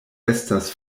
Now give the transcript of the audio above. estas